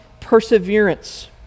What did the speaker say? perseverance